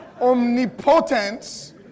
omnipotence